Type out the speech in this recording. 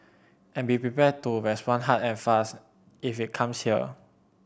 and be prepared to respond hard and fast if it comes here